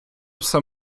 все